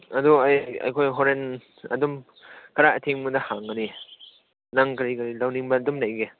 ꯑꯗꯨ ꯑꯩꯈꯣꯏ ꯍꯣꯔꯦꯟ ꯑꯗꯨꯝ ꯈꯔ ꯑꯊꯦꯡꯕꯗ ꯍꯥꯡꯒꯅꯤ ꯅꯪ ꯀꯔꯤ ꯀꯔꯤ ꯂꯧꯅꯤꯡꯕ ꯑꯗꯨꯝ ꯂꯩꯌꯦ